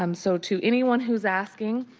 um so to anyone who is asking,